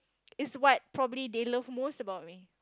it's what probably they love most about me